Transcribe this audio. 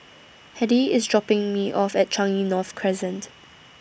Hedy IS dropping Me off At Changi North Crescent